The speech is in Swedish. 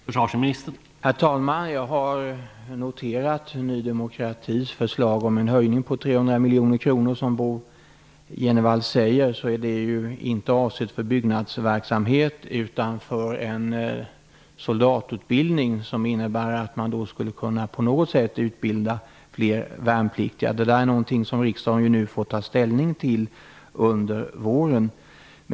Herr talman! Jag har noterat Ny demokratis förslag om en höjning på 300 miljoner. Som Bo Jenevall säger är det inte avsett för byggnadsverk samhet utan för en soldatutbildning som innebär att man på något sätt skulle kunna utbilda fler värnpliktiga. Det är någonting som riksdagen får ta ställning till under våren.